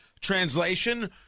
Translation